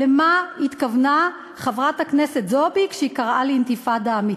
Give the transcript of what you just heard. למה התכוונה חברת הכנסת זועבי כשהיא קראה לאינתיפאדה אמיתית?